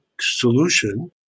solution